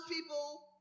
people